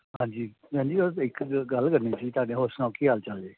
ਹਾਂਜੀ ਗੱਲ ਕਰਨੀ ਸੀ ਤੁਹਾਡੇ ਹੋਰ ਸੁਣਾਉ ਕੀ ਹਾਲ ਚਾਲ ਜੀ